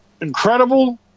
incredible